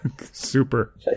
Super